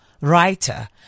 writer